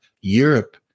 Europe